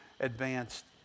advanced